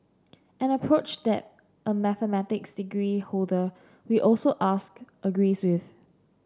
an approach that a mathematics degree holder we also asked agrees with